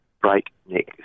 breakneck